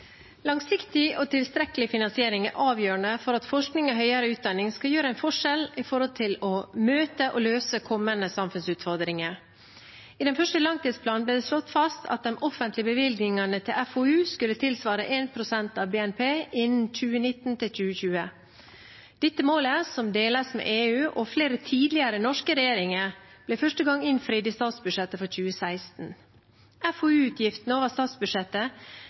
avgjørende for at forskning og høyere utdanning skal utgjøre en forskjell når det gjelder å møte og løse kommende samfunnsutfordringer. I den første langtidsplanen ble det slått fast at de offentlige bevilgningene til FoU skulle tilsvare 1 pst. av BNP innen 2019–2020. Dette målet, som deles med EU og flere tidligere norske regjeringer, ble første gang innfridd i statsbudsjettet for 2016. FoU-utgiftene over statsbudsjettet er dermed høye i